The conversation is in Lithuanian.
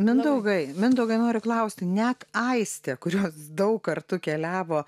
mindaugai mindaugai noriu klausti net aistė kurios daug kartu keliavo